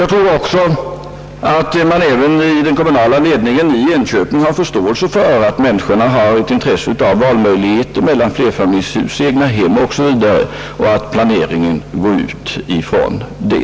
Jag tror också att man även i den kommunala ledningen i Enköping har förståelse för att människor vill ha möjlighet att välja mellan flerfamiljshus, egnahem m, m. och att planeringen går ut ifrån det.